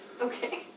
Okay